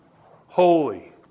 Holy